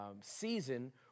season